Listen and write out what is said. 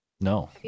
No